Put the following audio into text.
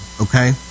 Okay